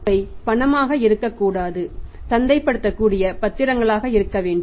அவை பணமாக இருக்கக்கூடாது சந்தை படுத்தக்கூடிய பத்திரங்களாக இருக்கவேண்டும்